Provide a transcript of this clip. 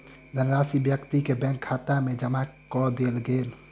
धनराशि व्यक्ति के बैंक खाता में जमा कअ देल गेल